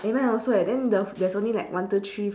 eh mine also eh then the there's only like one two three four